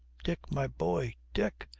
dick! my boy! dick